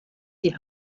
die